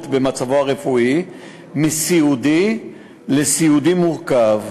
במצבו הרפואי מ"סיעודי" ל"סיעודי מורכב",